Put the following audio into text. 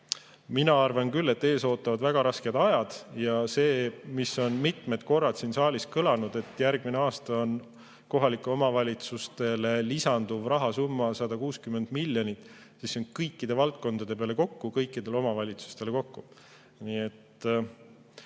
Mina arvan küll, et ees ootavad väga rasked ajad. Mitmel korral on siin saalis kõlanud, et järgmisel aastal on kohalikele omavalitsustele lisanduv rahasumma 160 miljonit – see on kõikide valdkondade peale kokku ja kõikidele omavalitsustele kokku. Nii et